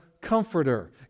Comforter